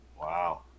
Wow